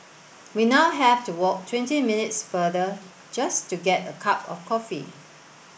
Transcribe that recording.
we now have to walk twenty minutes farther just to get a cup of coffee